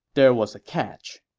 there was a catch.